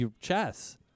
Chess